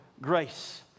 grace